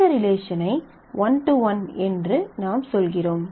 இந்த ரிலேஷனை one to one என்று நாம் சொல்கிறோம்